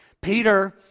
Peter